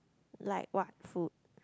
like what food